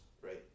right